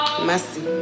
Mercy